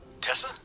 Tessa